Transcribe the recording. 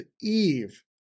Eve